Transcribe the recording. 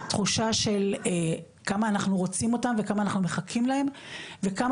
תחושה של כמה אנחנו רוצים אותם וכמה אנחנו מחכים להם וכמה